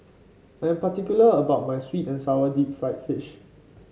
I'm particular about my sweet and sour Deep Fried Fish